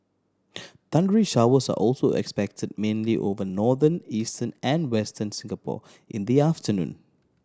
thundery showers are also expected mainly over northern eastern and Western Singapore in the afternoon